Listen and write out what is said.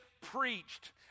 Preached